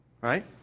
Right